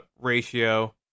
ratio